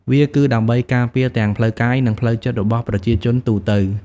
វាគឺដើម្បីការពារទាំងផ្លូវកាយនិងផ្លូវចិត្តរបស់ប្រជាជនទូទៅ។